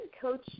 Coach